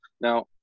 Now